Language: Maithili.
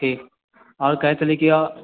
ठीक आओर कहै के छलियऽ